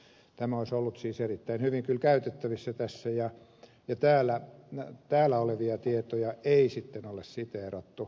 tämä olisi ollut siis erittäin hyvin kyllä käytettävissä tässä ja täällä olevia tietoja ei sitten ole siteerattu